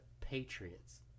patriots